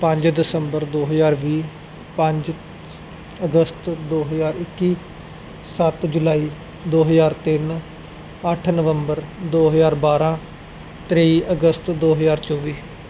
ਪੰਜ ਦਸੰਬਰ ਦੋ ਹਜ਼ਾਰ ਵੀਹ ਪੰਜ ਅਗਸਤ ਦੋ ਹਜ਼ਾਰ ਇੱਕੀ ਸੱਤ ਜੁਲਾਈ ਦੋ ਹਜ਼ਾਰ ਤਿੰਨ ਅੱਠ ਨਵੰਬਰ ਦੋ ਹਜ਼ਾਰ ਬਾਰਾਂ ਤੇਈ ਅਗਸਤ ਦੋ ਹਜ਼ਾਰ ਚੌਵੀ